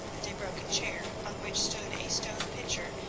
and a broken chair, on which stood a stone pitcher,